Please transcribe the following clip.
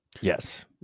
Yes